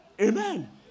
Amen